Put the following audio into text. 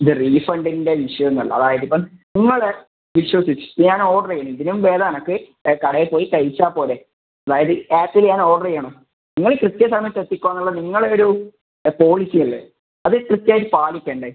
ഇത് റീഫണ്ടിൻ്റെ വിഷയം ഒന്നും അല്ല അതായത് ഇപ്പം നിങ്ങളെ വിശ്വസിച്ച് ഞാൻ ഓർഡറ് ചെയ്യുന്നത് ഇതിലും ഭേദം എനിക്ക് കടയിൽ പോയി കഴിച്ചാൽ പോരെ അതായത് ആപ്പില് ഞാൻ ഓർഡർ ചെയ്യണോ നിങ്ങള് കൃത്യ സമയത്ത് എത്തിക്കാന്നുള്ള നിങ്ങളുടെ ഒരു പോളിസി അല്ലേ അത് കൃത്യം ആയി പാലിക്കണ്ടേ